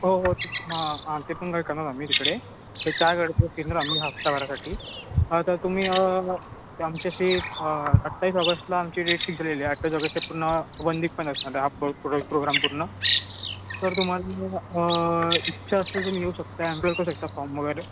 हो हो तु हां हां ते पण काय करणार आम्ही तिकडे हे चार गड सुद्धा फिरणार आम्ही हफ्ताभरासाठी तर तुम्ही आमच्याशी अठ्ठावीस ऑगस्टला आमची डेट फिक्स झालेली आहे अठ्ठावीस ऑगस्टचे पूर्ण वन वीक पण असणार हा प्रो प्रो प्रोग्राम पूर्ण तर तुम्हाला इच्छा असेल तुम्ही येऊ शकता एप्डलाय करू शकता फॉर्म वगैरे भरून